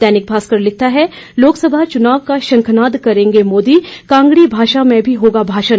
दैनिक भास्कर लिखता है लोकसभा चुनाव का शंखनाद करेंगे मोदी कांगड़ी भाषा में भी होगा भाषण